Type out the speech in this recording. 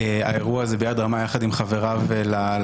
האירוע הזה ביד רמה יחד עם חבריו לשדולה.